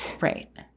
Right